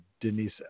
Denise